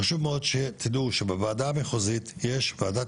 חשוב מאוד שתדעו שבוועדה המחוזית יש ועדת